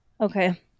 Okay